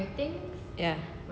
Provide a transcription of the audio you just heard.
ya